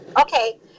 Okay